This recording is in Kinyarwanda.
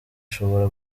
ishobora